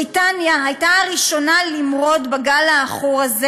בריטניה הייתה הראשונה למרוד בגל העכור הזה